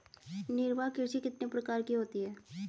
निर्वाह कृषि कितने प्रकार की होती हैं?